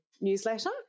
newsletter